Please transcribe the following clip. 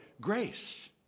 grace